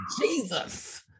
Jesus